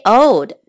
old